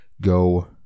go